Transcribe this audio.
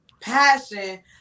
passion